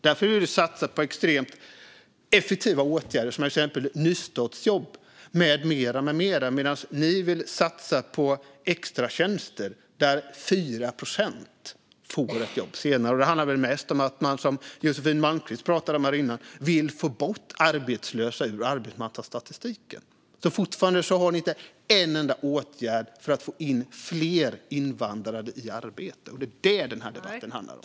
Därför vill vi satsa på extremt effektiva åtgärder, exempelvis nystartsjobb med mera, medan ni vill satsa på extratjänster där 4 procent får ett jobb senare. Det handlar väl mest om att man, vilket Josefin Malmqvist pratade om här tidigare, vill få bort arbetslösa ur arbetsmarknadsstatistiken. Fortfarande har ni inte en enda åtgärd för att få in fler invandrade i arbete. Det är det den här debatten handlar om.